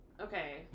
Okay